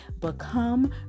become